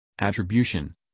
attribution